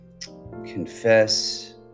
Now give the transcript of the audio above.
confess